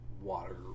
Water